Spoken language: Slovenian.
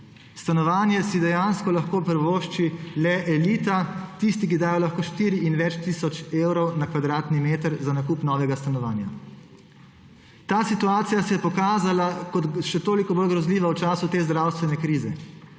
Stanovanje si dejansko lahko privošči le elita, tisti, ki dajo lahko štiri in več tisoč evrov na kvadratni meter za nakup novega stanovanja. Ta situacija se je pokazala še toliko bolj grozljiva v času te zdravstvene krize,